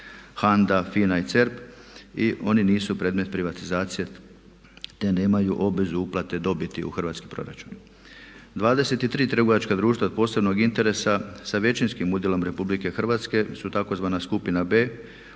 HANDA, FINA i Cerp i oni nisu predmet privatizacije te nemaju obvezu uplate dobiti u Hrvatski proračun. 23 trgovačka društva od posebnog interesa sa većinskim udjelom Republike Hrvatske su tzv. skupina B, oni